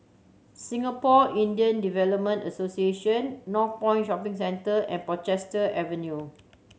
Singapore Indian Development Association Northpoint Shopping Centre and Portchester Avenue